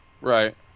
Right